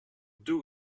deux